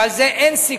ועל זה אין סיכום,